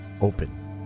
open